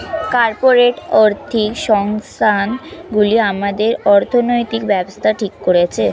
corporate আর্থিক সংস্থান গুলি আমাদের অর্থনৈতিক ব্যাবস্থা ঠিক করছে